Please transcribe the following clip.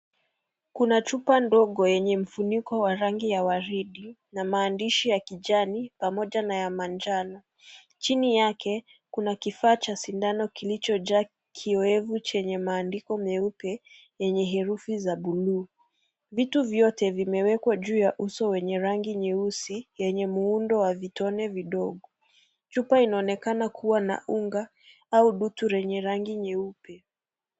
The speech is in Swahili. Kuna chupa ndogo yenye mfuniko ya rangi ya waridi na maandishi ya kijani pamoja na ya manjano. Chini yake, kuna kifaa cha sindano kilichojaa kiowevu chenye maandiko meupe yenye herufi za bluu. Vitu vyote vimewekwa juu ya uso wenyewe wa rangi nyeusi yenye muundo wa vitone vidogo. Chupa inaonekana kuwa na unga au tudu lenye rangi nyeupe.